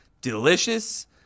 delicious